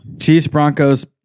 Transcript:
Chiefs-Broncos